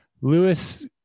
Lewis